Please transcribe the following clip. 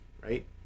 right